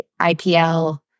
IPL